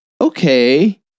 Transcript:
Okay